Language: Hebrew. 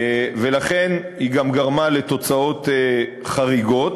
ולכן היא גם גרמה לתוצאות חריגות.